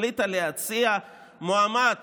היא החליטה להציע את שפרינצק כמועמד